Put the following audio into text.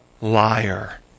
liar